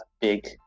big